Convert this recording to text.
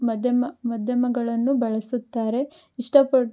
ಮಧ್ಯಮ ಮಾಧ್ಯಮಗಳನ್ನು ಬಳಸುತ್ತಾರೆ ಇಷ್ಟಪಟ್ಟು